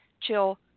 chill